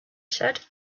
said